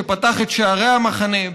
שפתח את שערי המחנה,